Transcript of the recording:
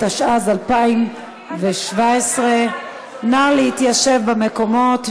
התשע"ז 2017. נא להתיישב במקומות,